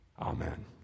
Amen